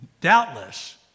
doubtless